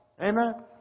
Amen